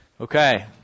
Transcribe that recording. Okay